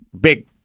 big